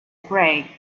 break